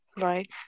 Right